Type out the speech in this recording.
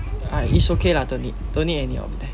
uh it's okay lah don't need don't need any of them